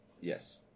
Yes